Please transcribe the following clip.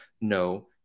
no